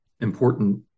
important